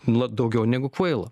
na daugiau negu kvaila